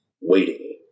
waiting